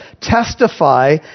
testify